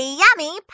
yummy